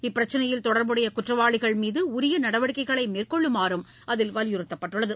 இப்பிரச்சினையில் தொடர்புடைய குற்றவாளிகள் மீது உரிய நடவடிக்கைகள் மேற்கொள்ளுமாறும் அதில் வலியுறுத்தப்பட்டுள்ளது